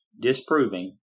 disproving